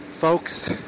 Folks